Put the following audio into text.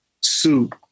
suit